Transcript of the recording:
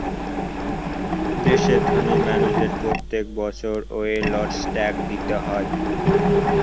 দেশের ধোনি মানুষদের প্রত্যেক বছর ওয়েলথ ট্যাক্স দিতে হয়